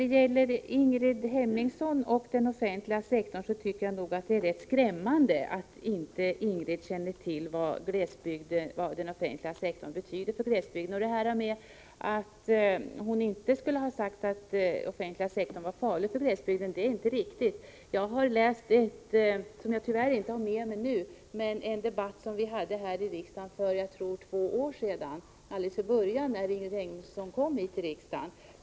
Till Ingrid Hemmingsson vill jag säga att jag tycker det är rätt skrämmande att hon inte känner till vad den offentliga sektorn betyder för glesbygden. Påståendet att hon inte skulle ha sagt att den offentliga sektorn är farlig för glesbygden är inte riktigt. Jag har läst det i ett protokoll, som jag tyvärr inte har med mig nu, från en debatt som vi hade för jag tror två år sedan, när Ingrid Hemmingsson just hade kommit hit till riksdagen.